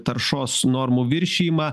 taršos normų viršijimą